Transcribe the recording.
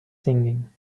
singing